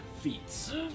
Feats